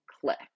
click